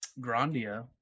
Grandia